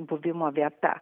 buvimo vieta